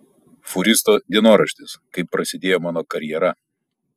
fūristo dienoraštis kaip prasidėjo mano karjera